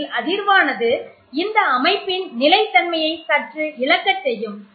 இதில் அதிர்வானது இந்த அமைப்பின் நிலைத்தன்மையை சற்று இழக்கச் செய்யும்